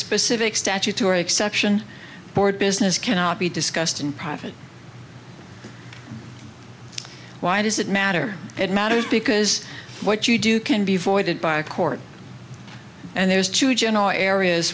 specific statutory exception board business cannot be discussed in private why does it matter it matters because what you do can be voided by a court and there's two general areas